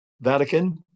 Vatican